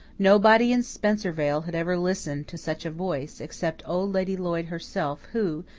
nobody in spencervale had ever listened to such a voice, except old lady lloyd herself, who,